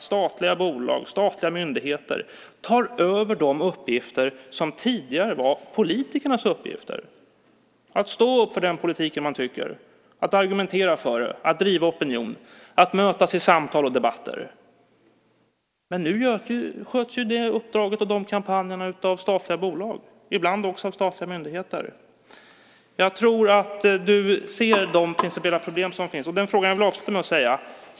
Statliga bolag och statliga myndigheter tar över de uppgifter som tidigare var politikernas uppgifter. Det gäller att stå för den politik man tycker är bra, att argumentera för den, att driva opinion, att mötas i samtal och debatter. Men nu sköts det uppdraget och de kampanjerna av statliga bolag, ibland också av statliga myndigheter. Jag tror att du ser de principiella problem som finns.